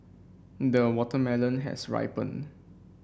the watermelon has ripened